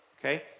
okay